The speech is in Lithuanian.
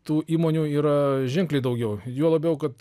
tų įmonių yra ženkliai daugiau juo labiau kad